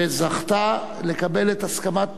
שזכתה לקבל את הסכמת